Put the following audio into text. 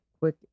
quick